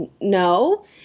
No